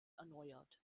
erneuert